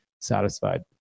satisfied